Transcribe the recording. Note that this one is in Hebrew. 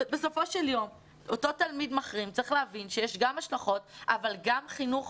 בסופו של יום אותו תלמיד מחרים צריך להבין שיש גם השלכות אבל גם חינוך